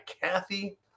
Kathy